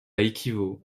équivaut